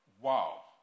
Wow